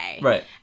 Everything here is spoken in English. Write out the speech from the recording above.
right